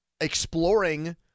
exploring